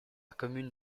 commune